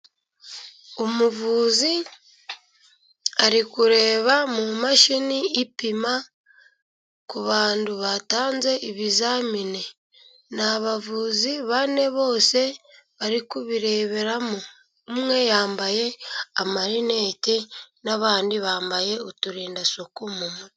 Umuvuzi ari kureba mu mashini ipima ku bantu batanze ibizamini. Ni abavuzi bane bose bari kubireberamo. Umwe yambaye amarinete n'abandi bambaye uturindasuku mu mutwe.